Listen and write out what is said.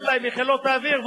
מחילות האוויר,